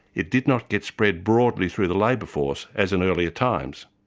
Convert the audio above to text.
it did not get spread broadly through the labour force, as in earlier times.